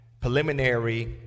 preliminary